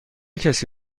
کسی